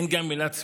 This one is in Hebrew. אין גם עילת סבירות.